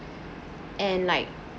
and like